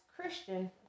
Christian